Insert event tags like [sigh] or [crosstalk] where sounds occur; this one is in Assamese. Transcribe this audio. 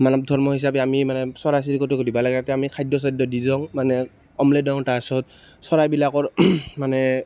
মানৱ ধৰ্ম হিচাপে আমি মানে চৰাই চিৰিকতিকো দিব লাগে এতিয়া আমি খাদ্য চাদ্য দি যাওঁ মানে [unintelligible] দিওঁ তাৰ পাছত চৰাইবিলাকৰ মানে